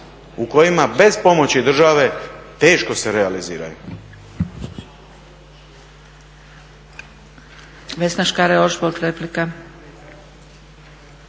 u kojima bez pomoći države teško se realiziraju.